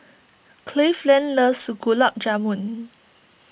Cleveland loves Gulab Jamun